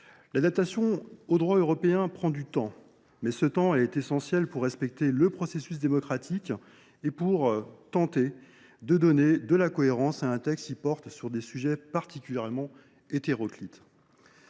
l’adaptation au droit européen prend du temps, mais ce temps est essentiel pour respecter le processus démocratique et pour tenter de rendre plus cohérent un texte qui porte sur des sujets particulièrement hétéroclites.